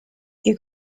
you